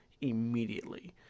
immediately